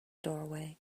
doorway